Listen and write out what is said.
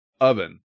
oven